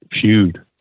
feud